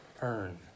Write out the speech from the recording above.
earn